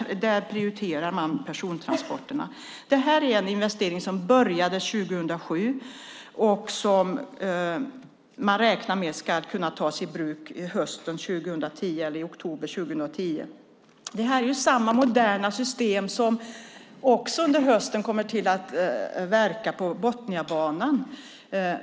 Där prioriterar man persontransporterna. Detta är en investering som påbörjades 2007, och man räknar med att det ska kunna tas i bruk i oktober 2010. Det här är samma moderna system som man under hösten kommer att ha på Botniabanan.